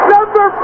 Number